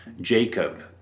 Jacob